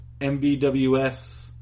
MBWS